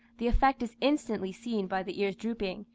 the effect is instantly seen by the ears dropping,